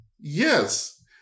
yes